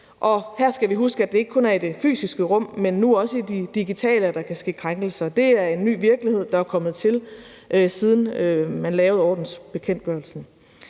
og her skal vi huske, at det ikke kun er i de fysiske rum, men nu også i de digitale, at der kan ske krænkelser. Det er en ny virkelighed, der er kommet til, siden man lavede ordensbekendtgørelsen.